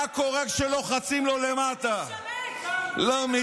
אתה משרת של כל האשכנזים, כן, בטח.